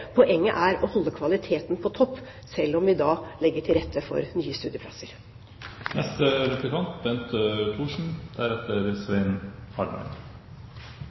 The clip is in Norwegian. Poenget er å holde kvaliteten på topp, selv om vi da legger til rette for nye studieplasser.